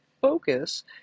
focus